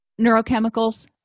neurochemicals